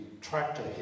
tractor